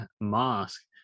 Mask